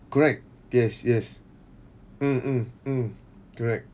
correct yes yes mm mm mm correct